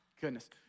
goodness